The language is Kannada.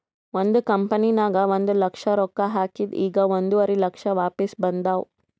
ಒಂದ್ ಕಂಪನಿನಾಗ್ ಒಂದ್ ಲಕ್ಷ ರೊಕ್ಕಾ ಹಾಕಿದ್ ಈಗ್ ಒಂದುವರಿ ಲಕ್ಷ ವಾಪಿಸ್ ಬಂದಾವ್